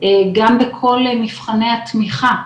גם בכל מבחני התמיכה,